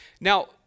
now